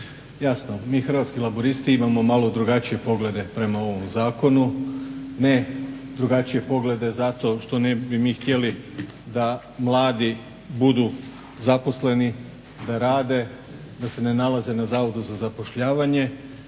Jasno, mi Hrvatski laburisti imamo malo drugačije poglede prema ovom zakonu, ne drugačije poglede zato što ne bi mi htjeli da mladi budu zaposleni, da rade, da se ne nalaze na zavodu za zapošljavanje